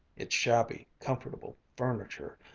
its shabby, comfortable furniture,